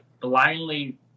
blindly